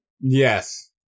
Yes